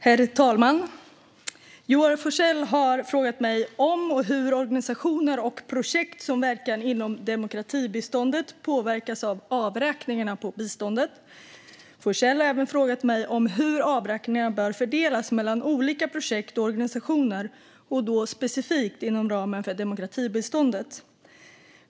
Herr talman! har frågat mig om och hur organisationer och projekt som verkar inom demokratibiståndet påverkas av avräkningarna på biståndet. Forssell har även frågat mig hur avräkningarna bör fördelas mellan olika projekt och organisationer och då specifikt inom ramen för demokratibiståndet.